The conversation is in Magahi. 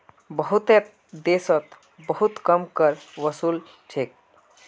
बहुतेते देशोत बहुत कम कर वसूल छेक